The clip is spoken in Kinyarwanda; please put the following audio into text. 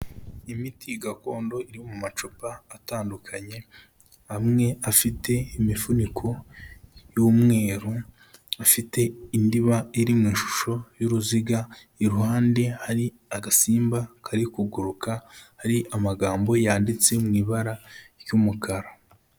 Imiti gakondo iri mu macupa atandukanye amwe afite imifuniko y'umweru, afite indiba iri mu ishusho y'uruziga iruhande hari agasimba kari kuguruka, hari amagambo yanditse mu ibara ry'umukara.